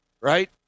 Right